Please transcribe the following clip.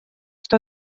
что